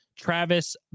Travis